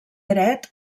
dret